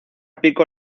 pico